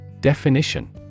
Definition